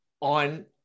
on